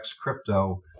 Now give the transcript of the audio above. crypto